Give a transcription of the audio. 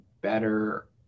better